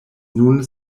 nun